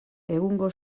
egungo